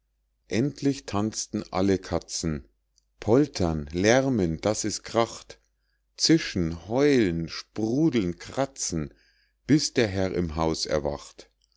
endlich tanzten alle katzen poltern lärmen daß es kracht zischen heulen sprudeln kratzen bis der herr im haus erwacht